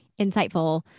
insightful